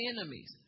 enemies